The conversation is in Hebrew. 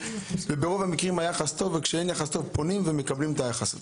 וברוב המקרים היחס טוב וכשאין יחס טוב פונים ומקבלים את היחס הטוב.